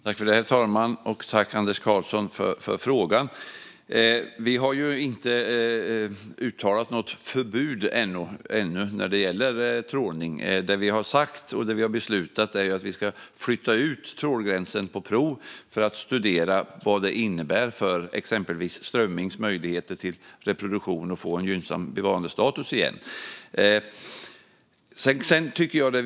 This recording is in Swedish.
Herr talman! Tack, Anders Karlsson, för frågan! Vi har inte uttalat något förbud ännu när det gäller trålning. Det vi har sagt, och det vi har beslutat, är att vi ska flytta ut trålgränsen på prov för att studera vad det innebär för exempelvis strömmingens möjligheter till reproduktion så att vi kan få en gynnsam bevarandestatus igen.